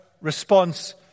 response